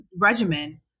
regimen